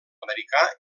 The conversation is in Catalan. americà